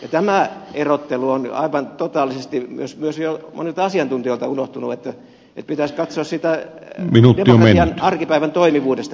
tämä erottelu on aivan totaalisesti myös monilta asiantuntijoilta unohtunut että pitäisi katsoa sitä demokratian arkipäivän toimivuudesta käsin